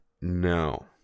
No